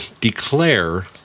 declare